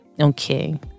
Okay